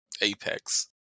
apex